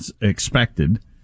expected